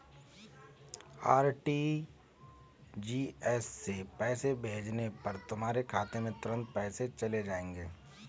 RTGS से पैसे भेजने पर तुम्हारे खाते में तुरंत पैसे चले जाएंगे